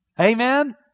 Amen